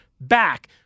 back